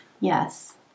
Yes